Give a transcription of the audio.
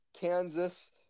Kansas